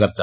തകർച്ച